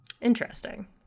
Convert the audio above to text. Interesting